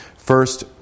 First